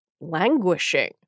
languishing